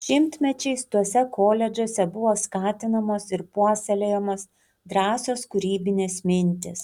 šimtmečiais tuose koledžuose buvo skatinamos ir puoselėjamos drąsios kūrybinės mintys